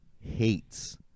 hates